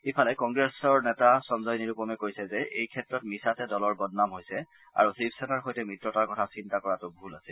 ইফালে কংগ্ৰেছ দলৰ নেতা সঞ্জয় নিৰূপমে কৈছে যে এই ক্ষেত্ৰত মিছাতে দলৰ বদনাম হৈছে আৰু শিৱসেনাৰ সৈতে মিত্ৰতাৰ কথা চিন্তা কৰাটো ভুল আছিল